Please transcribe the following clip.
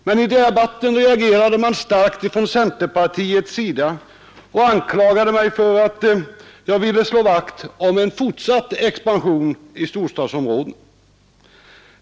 Men i debatten reagerade man starkt från centerpartiets sida och anklagade mig för att jag ville slå vakt om en fortsatt expansion i storstadsområdena.